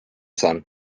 sun